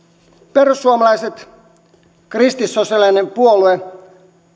perussuomalaiset on kristillissosiaalinen puolue